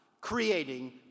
creating